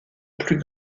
plus